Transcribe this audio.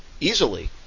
easily